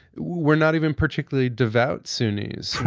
were not even particularly devout sunni's.